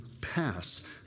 pass